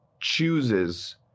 chooses